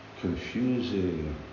confusing